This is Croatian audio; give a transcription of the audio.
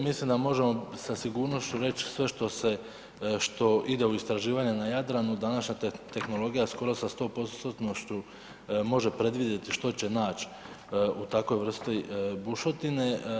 Mislim da možemo sa sigurnošću reći sve što se, što ide u istraživanja na Jadranu, današnja tehnologija skoro sa 100%-tnošću može predvidjeti što će naći u takoj vrsti bušotine.